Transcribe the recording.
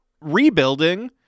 rebuilding